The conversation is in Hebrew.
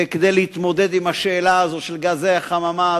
וכדי להתמודד עם השאלה של גזי החממה,